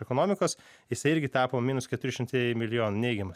ekonomikos jisai irgi tapo minus keturi šimtai milijonų neigiamas